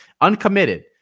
Uncommitted